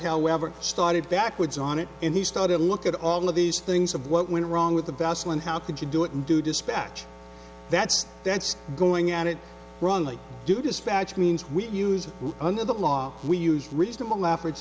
however started backwards on it and he started to look at all of these things of what went wrong with the vassal and how could you do it and do dispatch that's that's going at it wrongly due dispatch means we use under the law we use reasonable effort